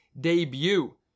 debut